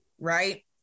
right